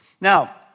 Now